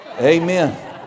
Amen